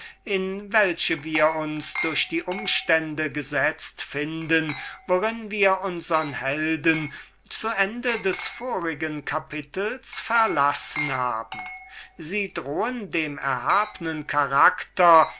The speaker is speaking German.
in welche wir uns durch die umstände gesetzt finden worin wir unsern helden zu ende des vorigen kapitels verlassen haben sie drohen dem erhabnen charakter